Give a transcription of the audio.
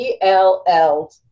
ELL